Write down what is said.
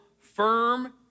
firm